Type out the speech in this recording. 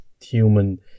human